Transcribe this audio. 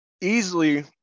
easily